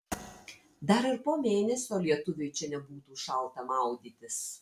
dar ir po mėnesio lietuviui čia nebūtų šalta maudytis